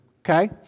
okay